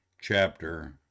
chapter